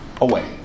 away